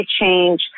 change